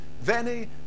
veni